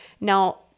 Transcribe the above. Now